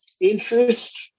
interest